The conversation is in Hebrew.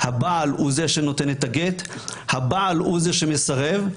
הבעל הוא זה שנותן את הגט, הבעל הוא זה שמסרב.